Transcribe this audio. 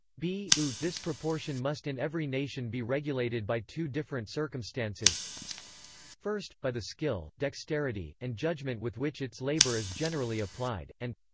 b ut this proportion must in every nation be regulated by two different circumstances first, by the skill, dexterity, and judgment with which its labour is generally applied and,